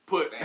Put